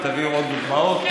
אם תביאו עוד דוגמאות,